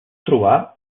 trobar